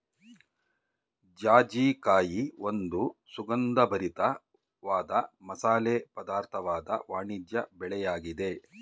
ಜಾಜಿಕಾಯಿ ಒಂದು ಸುಗಂಧಭರಿತ ವಾದ ಮಸಾಲೆ ಪದಾರ್ಥವಾದ ವಾಣಿಜ್ಯ ಬೆಳೆಯಾಗಿದೆ